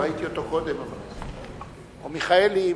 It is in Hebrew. ראיתי אותו קודם, או מיכאלי.